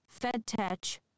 FedTech